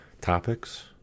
topics